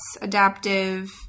Adaptive